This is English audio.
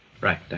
Right